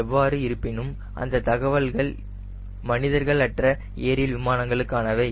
ஆனால் எவ்வாறு இருப்பினும் அந்த தகவல்கள் மனிதர்கள் அற்ற ஏரியல் வாகனங்களுக்கானவை